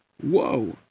Whoa